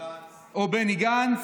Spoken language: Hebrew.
או בני גנץ.